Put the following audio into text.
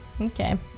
Okay